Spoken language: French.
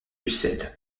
ussel